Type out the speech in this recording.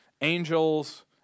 angels